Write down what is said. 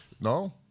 No